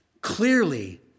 Clearly